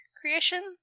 creation